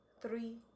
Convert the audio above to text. three